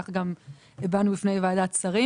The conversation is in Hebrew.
כך גם הבענו בפני ועדת השרים